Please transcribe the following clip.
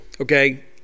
Okay